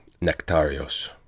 Nectarios